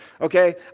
okay